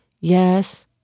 Yes